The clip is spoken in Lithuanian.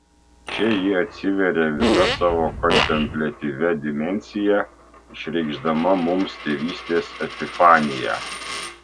čia ji atsiveria visa savo kontempliatyvia dimensija išreikšdama mums tėvystės epifaniją